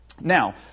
Now